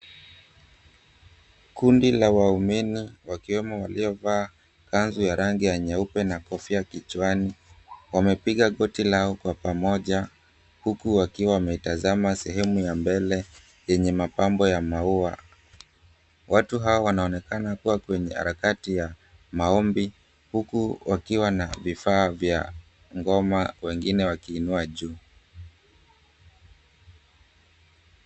Kundi la waumini, wakiwemo waliovaa kanzu za rangi nyeupe na kofia kichwani, wamepiga goti kwa pamoja huku wakitazama sehemu ya mbele yenye mapambo ya maua. Watu hao wanaonekana kuwa katika harakati za maombi, huku wakiwa na vifaa vya ngoma, wengine wakiinua juu.